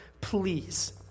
please